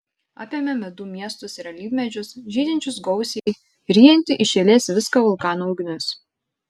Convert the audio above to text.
apėmė medų miestus ir alyvmedžius žydinčius gausiai ryjanti iš eilės viską vulkano ugnis